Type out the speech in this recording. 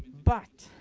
but